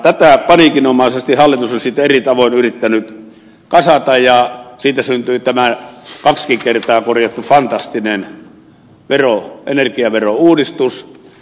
tätä paniikinomaisesti hallitus on sitten eri tavoin yrittänyt kasata ja siitä syntyi tämä kaksikin kertaa korjattu fantastinen energiaverouudistus